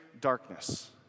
darkness